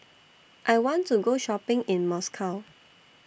I want to Go Shopping in Moscow